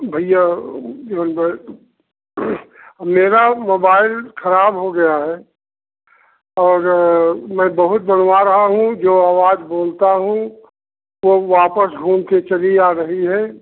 भैया मेरा मोबाइल ख़राब हो गया है और मैं बहुत बनवा रहा हूँ जो अवाज़ बोलता हूँ वह वापस घूम कर चली आ रही है